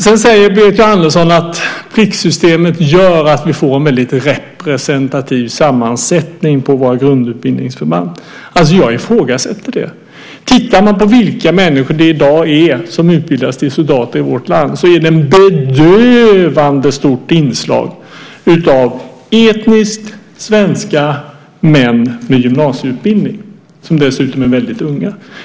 Berit Jóhannesson säger att pliktsystemet gör att vi får en väldigt representativ sammansättning på våra grundutbildningsförband. Jag ifrågasätter det. Bland de människor som i dag utbildas till soldater i vårt land är det ett bedövande stort inslag av etniskt svenska män med gymnasieutbildning; de är dessutom väldigt unga.